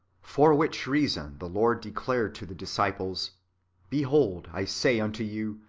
for which reason the lord declared to the disciples behold, i say unto you.